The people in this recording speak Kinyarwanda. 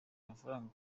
amafaranga